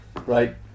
Right